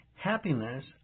happiness